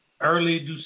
Early